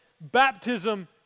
baptism